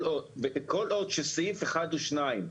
כל עוד קיימות פסקאות (1) או (2),